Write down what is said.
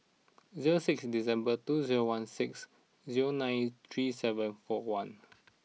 zero six December two zero one six zero nine three seven four one